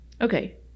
Okay